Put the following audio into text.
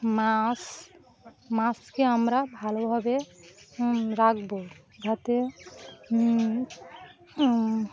মাছ মাছকে আমরা ভালোভাবে রাখবো যাতে